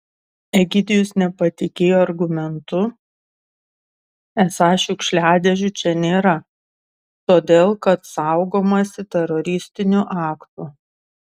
egidijus nepatikėjo argumentu esą šiukšliadėžių čia nėra todėl kad saugomasi teroristinių aktų